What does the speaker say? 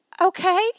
okay